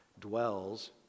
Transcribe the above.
dwells